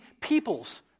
peoples